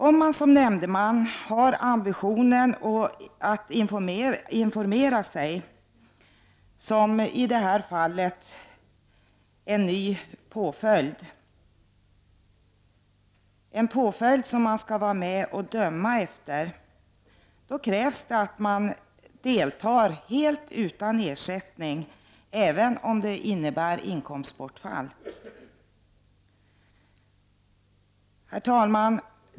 Om man som nämndeman har ambitionen att informera sig som t.ex. i det här fallet om en ny påföljd som skall ligga till grund för domen, krävs det att man deltar helt utan ersättning, även om det innebär inkomstbortfall. Herr talman!